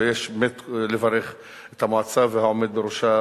ויש לברך את המועצה והעומד בראשה,